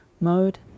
mode